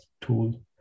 tool